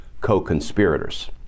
co-conspirators